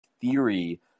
theory